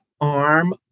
arm